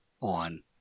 on